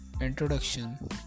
introduction